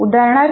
उदाहरणार्थ